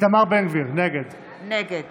נגד